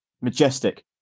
Majestic